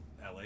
la